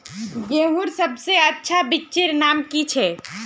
गेहूँर सबसे अच्छा बिच्चीर नाम की छे?